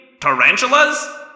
Tarantulas